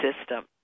system